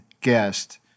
guest